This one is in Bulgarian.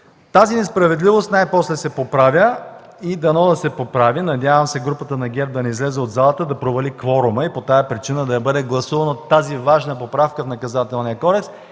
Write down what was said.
Тази несправедливост най-после се поправя и дано да се поправи. Надявам се групата от ГЕРБ да не излезе от залата и да провали кворума и по тази причина да не бъде гласувана тази важна поправка в Наказателния кодекс.